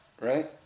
right